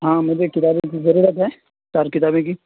ہاں مجھے کتابوں کی ضرورت ہے چار کتابیں کی